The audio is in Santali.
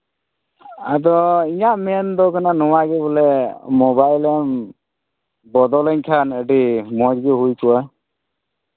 ᱟᱫᱚ ᱤᱧᱟᱹᱜ ᱢᱮᱱᱫᱚ ᱱᱚᱣᱟᱜᱮ ᱠᱟᱱᱟ ᱵᱚᱞᱮ ᱢᱳᱵᱟᱭᱤᱞᱮᱢ ᱵᱚᱫᱚᱞᱟᱹᱧ ᱠᱷᱟᱱ ᱟᱹᱰᱤ ᱢᱚᱡᱽ ᱜᱮ ᱦᱩᱭ ᱠᱚᱜᱼᱟ